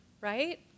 right